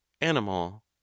animal